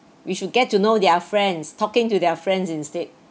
we should get to know their friends talking to their friends instead